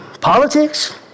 politics